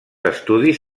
estudis